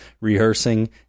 rehearsing